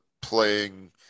playing